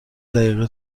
دقیقه